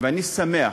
ואני שמח,